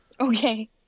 Okay